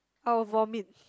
I'll vomit